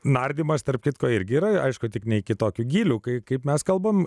nardymas tarp kitko irgi yra aišku tik nei kitokių gilių kai kaip mes kalbame